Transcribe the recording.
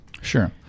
Sure